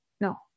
no